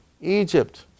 Egypt